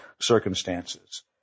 circumstances